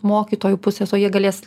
mokytojų pusės o jie galės